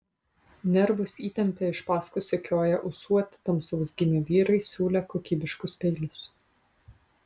nervus įtempė iš paskos sekioję ūsuoti tamsaus gymio vyrai siūlę kokybiškus peilius